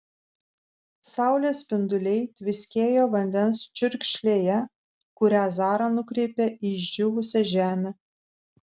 saulės spinduliai tviskėjo vandens čiurkšlėje kurią zara nukreipė į išdžiūvusią žemę